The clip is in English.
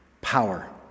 power